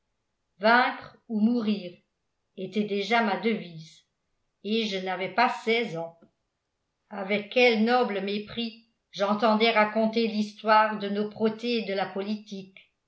vaincre ou mourir était déjà ma devise et je n'avais pas seize ans avec quel noble mépris j'entendais raconter l'histoire de nos protées de la politique